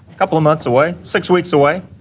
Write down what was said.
couple of months away six weeks away.